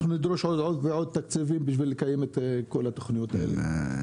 אנחנו נדרוש עוד ועוד תקציבים בשביל לקיים את כל התוכניות האלה.